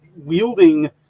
wielding